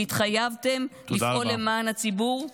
והתחייבתם לפעול למען הציבור?